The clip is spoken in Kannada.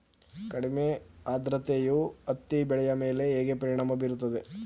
ಕಡಿಮೆ ಆದ್ರತೆಯು ಹತ್ತಿ ಬೆಳೆಯ ಮೇಲೆ ಹೇಗೆ ಪರಿಣಾಮ ಬೀರುತ್ತದೆ?